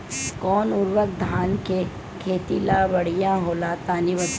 कौन उर्वरक धान के खेती ला बढ़िया होला तनी बताई?